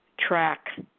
track